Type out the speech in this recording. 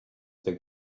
the